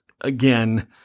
again